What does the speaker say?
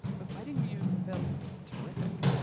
but fighting you felt terrific.